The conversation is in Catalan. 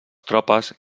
tropes